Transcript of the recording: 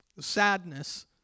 sadness